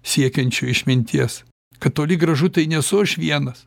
siekiančių išminties kad toli gražu tai nesu aš vienas